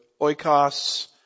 oikos